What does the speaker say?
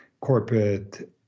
corporate